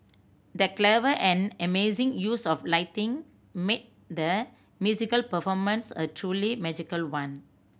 the clever and amazing use of lighting made the musical performance a truly magical one